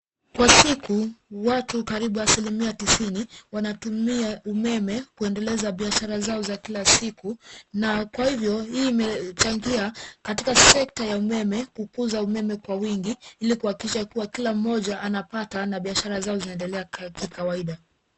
Kwa siku, watu karibu asilimia tisini wanatumia umeme kuendeleza biashara zao za kila siku na kwa hivyo hii imechangia katika sekta ya umeme kukuza umeme kwa wingi ili kuhakikisha kuwa kila mmoja anapata na biashara zao zinaendelea kikawaida.